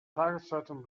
tageszeitung